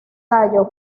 tallo